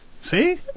See